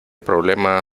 problema